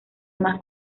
más